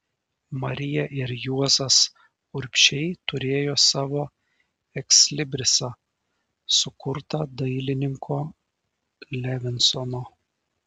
marija ir juozas urbšiai turėjo savo ekslibrisą sukurtą dailininko levinsono